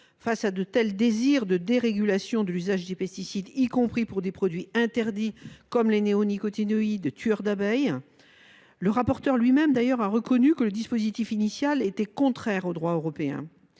Face à une telle volonté de dérégulation de l’usage des pesticides, y compris pour des produits interdits comme les néonicotinoïdes, ces insecticides tueurs d’abeilles, le rapporteur a lui même reconnu que le dispositif initial était contraire au droit européen.